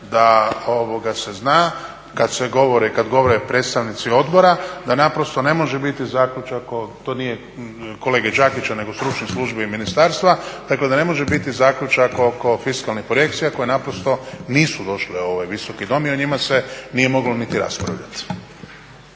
da se zna kada govore predstavnici odbora da naprosto ne može biti zaključak to nije kolege Đakića nego stručnih službi i ministarstva, dakle da ne može biti zaključak oko fiskalnih projekcija koje nisu došle u ovaj Visoki dom i o njima se nije moglo niti raspravljati.